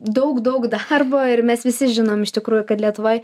daug daug darbo ir mes visi žinom iš tikrųjų kad lietuvoj